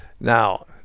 Now